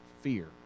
fear